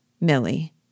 Millie